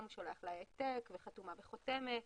הוא שולח העתק עם חתימה בחותמת.